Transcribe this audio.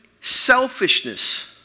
selfishness